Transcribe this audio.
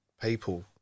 people